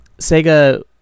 Sega